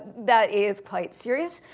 that is quite serious,